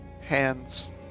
hands